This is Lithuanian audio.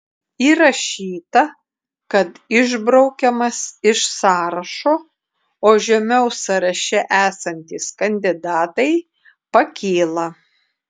įrašyta kad išbraukiamas iš sąrašo o žemiau sąraše esantys kandidatai pakyla